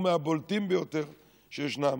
הוא מהבולטים ביותר שישנם,